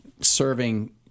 serving